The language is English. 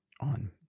on